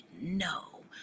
no